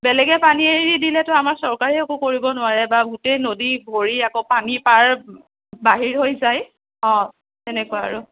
বেলেগে পানী এৰি দিলেতো আমাৰ চৰকাৰেও একো কৰিব নোৱাৰে বা গোটেই নদী ভৰি আকৌ পানী পাৰ বাহিৰ হৈ যায় অঁ তেনেকুৱা আৰু